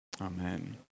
amen